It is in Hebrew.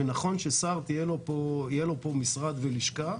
ונכון שלשר יהיו פה משרד ולשכה.